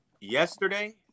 Yesterday